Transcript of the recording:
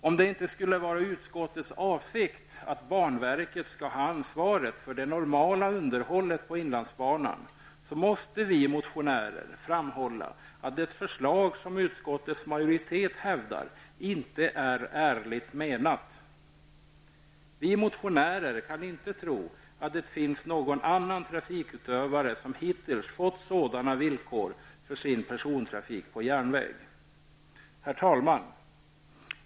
Om det inte är utskottets avsikt att banverket skall ha ansvaret för det normala underhållet på inlandsbanan måste vi motionärer framhålla att det förslag som utskottets majoritet hävdar inte är ärligt menat. Vi motionärer kan inte tro att det finns någon annan trafikutövare som hittills fått sådana villkor för sin persontrafik på järnväg. Herr talman!